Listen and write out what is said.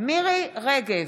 מירי מרים רגב,